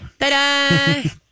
Ta-da